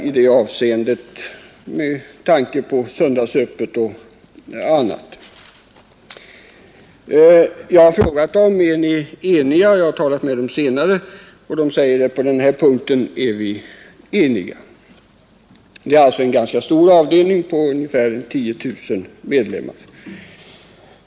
Jag har senare frågat dem: Är ni eniga? De säger: På den här punkten är vi eniga. Det är alltså en ganska stor avdelning på ungefär 10 000 medlemmar.